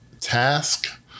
task